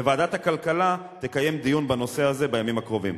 ועדת הכלכלה תקיים דיון בנושא הזה בימים הקרובים.